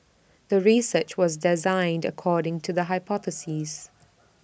the research was designed according to the hypothesis